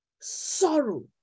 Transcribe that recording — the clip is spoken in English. sorrow